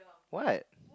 what